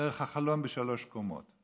דרך החלון, שלוש קומות.